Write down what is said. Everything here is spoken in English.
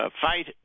fight